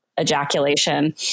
ejaculation